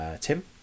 Tim